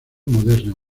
moderna